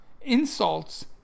insults